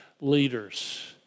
leaders